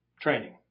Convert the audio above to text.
training